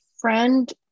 friend